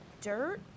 dirt